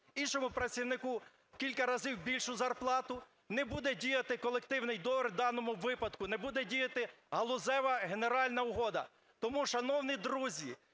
іншому працівнику в кілька разів більшу зарплату, не буде діяти колективний договір в даному випадку, не буде діяти галузева генеральна угода. Тому, шановні друзі,